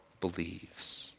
believes